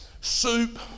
soup